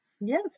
Yes